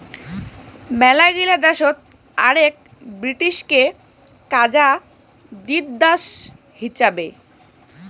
মেলাগিলা দেশত আগেক ব্রিটিশকে কাজা দিত দাস হিচাবে